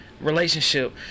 relationship